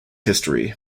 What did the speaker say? history